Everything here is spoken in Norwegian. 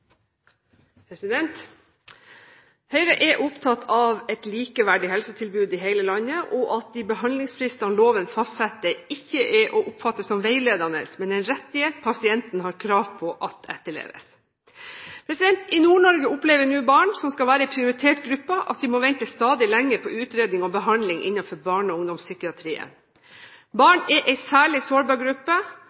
opptatt av et likeverdig helsetilbud i hele landet, og av at de behandlingsfristene loven fastsetter, ikke er å oppfatte som veiledende, men som en rettighet pasienten har krav på etterleves. I Nord-Norge opplever nå barn, som skal være en prioritert gruppe, at de må vente stadig lenger på utredning og behandling innenfor barne- og ungdomspsykiatrien. Barn er en særlig sårbar gruppe,